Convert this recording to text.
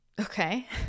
okay